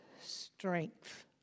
strength